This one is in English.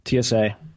TSA